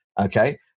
Okay